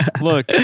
look